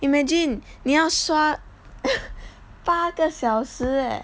imagine 你要刷 八个小时